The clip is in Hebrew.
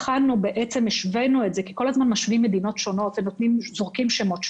כל הזמן משווים בין מדינות שונות וזורקים כל מיני שמות,